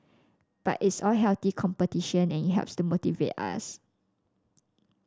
but it's all healthy competition and it helps to motivate us